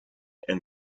and